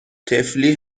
طفلی